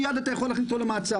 מיד אתה יכול להכניס אותו למעצר.